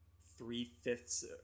three-fifths